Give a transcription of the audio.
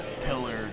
pillar